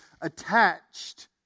attached